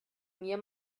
mir